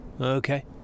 Okay